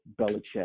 Belichick